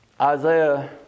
Isaiah